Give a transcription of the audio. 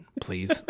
Please